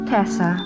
Tessa